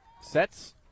sets